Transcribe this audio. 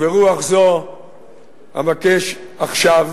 וברוח זו אבקש עכשיו